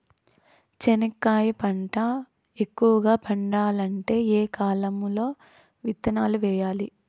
చెనక్కాయ పంట ఎక్కువగా పండాలంటే ఏ కాలము లో విత్తనాలు వేయాలి?